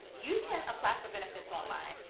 you can apply for benefits online.